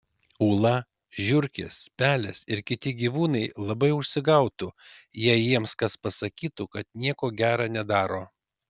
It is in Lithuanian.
ūla žiurkės pelės ir kiti gyvūnai labai užsigautų jei jiems kas pasakytų kad nieko gera nedaro